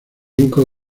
elenco